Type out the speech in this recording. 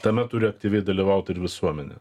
tame turi aktyviai dalyvaut ir visuomenė